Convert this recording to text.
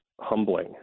humbling